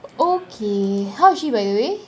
okay how is she by the way